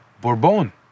Bourbon